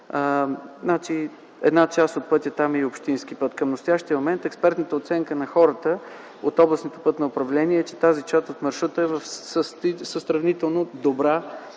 Знаменосец, Раднево, е и общински път. Към настоящия момент експертната оценка на хората от Областното пътно управление е, че тази част от маршрута е със сравнително добра